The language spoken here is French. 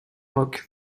rocs